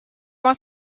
want